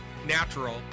natural